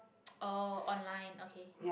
oh online okay